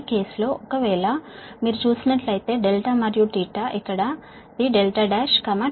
ఈ సందర్భం లో ఒకవేళ మీరు చూసినట్లయితే δ మరియు ఇక్కడ ఇది 11